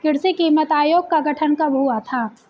कृषि कीमत आयोग का गठन कब हुआ था?